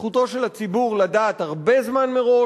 זכותו של הציבור לדעת הרבה זמן מראש,